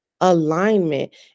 alignment